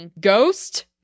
ghost